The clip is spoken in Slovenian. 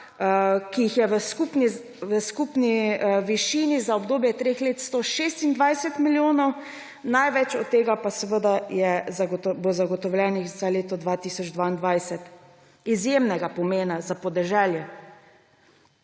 ki jih je v skupni višini za obdobje treh let 126 milijonov, največ od tega pa jih bo zagotovljenih za leto 2022. Izjemnega pomena za podeželje,